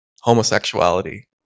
Homosexuality